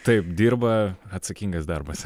taip dirba atsakingas darbas